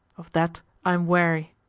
of that i am weary.